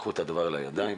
שלקחו את הדבר לידיהם